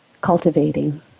cultivating